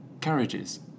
carriages